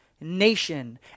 nation